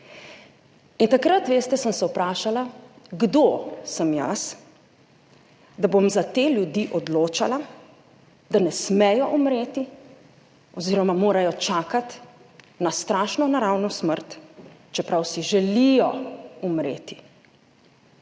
In takrat, veste, sem se vprašala, kdo sem jaz, da bom za te ljudi odločala, da ne smejo umreti oziroma morajo čakati na strašno naravno smrt, čeprav si želijo umreti.